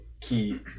key